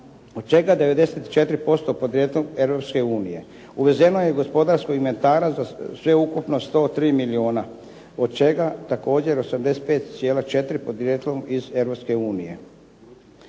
od čega 94% podrijetlom Europske unije. Uvezeno je gospodarskog inventara sveukupno 103. milijuna od čega također 85,4 podrijetlom iz